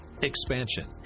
expansion